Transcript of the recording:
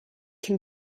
can